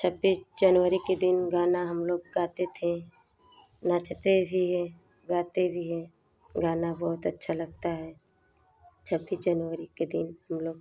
छब्बीस जनवरी के दिन गाना हम लोग गाते थे नाचते भी हैं गाते भी हैं गाना बहुत अच्छा लगता है छब्बीस जनवरी के दिन हम लोग